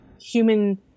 human